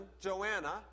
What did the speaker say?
Joanna